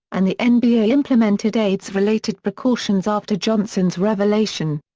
and the and nba implemented aids-related precautions after johnson's revelation.